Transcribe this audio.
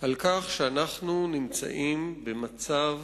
על כך שאנחנו נמצאים במצב